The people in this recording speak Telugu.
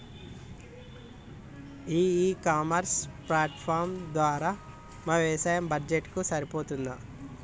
ఈ ఇ కామర్స్ ప్లాట్ఫారం ధర మా వ్యవసాయ బడ్జెట్ కు సరిపోతుందా?